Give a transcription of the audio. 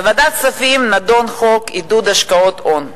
בוועדת הכספים נדון חוק עידוד השקעות הון.